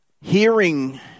Hearing